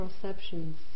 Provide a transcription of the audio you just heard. perceptions